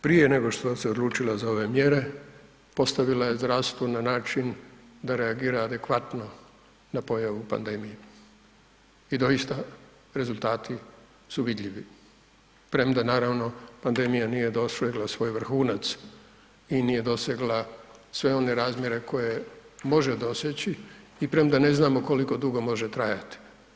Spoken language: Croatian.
Prije nego što se odlučila za ove mjere postavila je zdravstvo na način da reagira adekvatno na pojavu pandemije i doista rezultati su vidljivi, premda naravno pandemija nije dosegla svoj vrhunac i nije dosegla sve one razmjere koje može doseći i premda ne znamo koliko dugo može trajati.